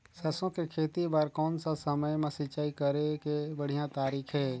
सरसो के खेती बार कोन सा समय मां सिंचाई करे के बढ़िया तारीक हे?